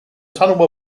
tunnel